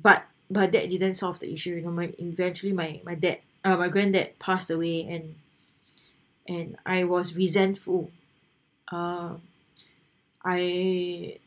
but but that didn't solve the issue you know my eventually my my dad uh my grandad passed away and and I was resentful uh I